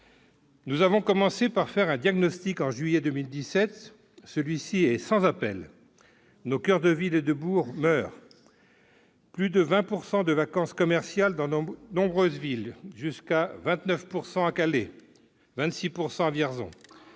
Nous avons commencé par dresser un diagnostic en juillet 2017. Celui-ci est sans appel : nos coeurs de ville et de bourg meurent. Ainsi, il y a plus de 20 % de vacances commerciales dans de nombreuses villes, jusqu'à 29 % à Calais et 26 % à Vierzon.